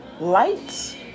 Lights